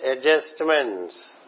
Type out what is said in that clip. Adjustments